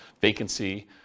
vacancy